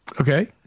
Okay